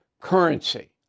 currency